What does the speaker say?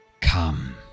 come